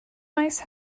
mice